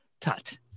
Tut